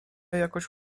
jakoś